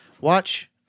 Watch